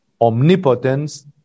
omnipotence